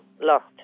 lost